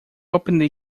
aprendi